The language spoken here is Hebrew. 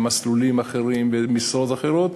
מסלולים אחרים ומשרות אחרות,